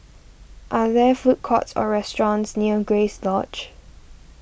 are there food courts or restaurants near Grace Lodge